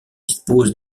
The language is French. dispose